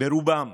ברובם,